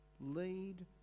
lead